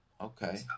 Okay